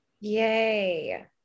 Yay